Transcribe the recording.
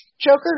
Joker